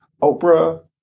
Oprah